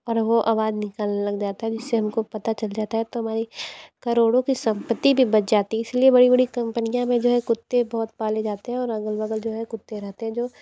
और वो आवाज़ निकालने लग जाता है जिससे हमको पता चल जाता है तो हमारी करोड़ों की संपत्ति भी बच जाती है इसलिए बड़ी बड़ी कंपनियाँ में जो है कुत्ते बहुत पाले जाते हैं और अगल बगल जो है कुत्ते रहते हैं जो